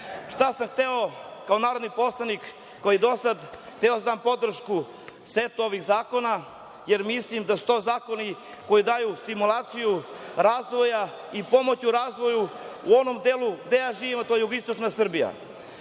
SNS.Šta sam hteo kao narodni poslanik? Hteo sam podršku setu ovih zakona, jer mislim da su to zakoni koji daju stimulaciju razvoja i pomoć u razvoju u onom delu gde ja živim, a to je jugoistočna Srbija. Ja